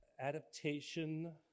adaptation